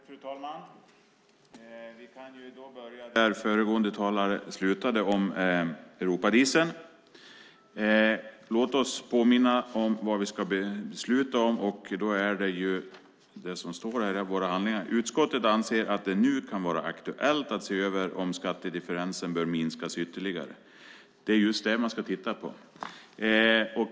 Fru talman! Jag kan börja där föregående talare slutade, med Europadieseln. Låt mig påminna om vad vi ska besluta om. Det är ju det som står i våra handlingar: "Utskottet anser att det nu kan vara aktuellt att se över om skattedifferensen bör minska ytterligare." Det är just det man ska titta på.